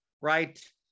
right